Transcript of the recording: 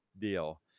deal